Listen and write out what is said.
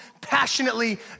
passionately